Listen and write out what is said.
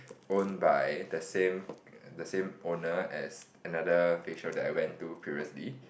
owned by the same the same owner as another facial that I went to previously